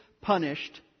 punished